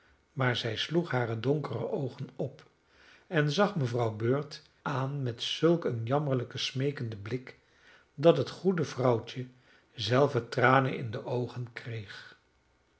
maar zij sloeg hare donkere oogen op en zag mevrouw bird aan met zulk een jammerlijk smeekenden blik dat het goede vrouwtje zelve tranen in de oogen kreeg